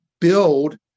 build